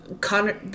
Connor